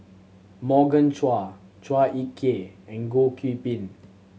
Morgan Chua Chua Ek Kay and Goh Qiu Bin